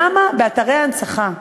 למה באתרי הנצחה,